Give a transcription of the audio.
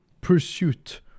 pursuit